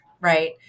right